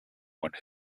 one